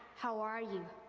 how are you?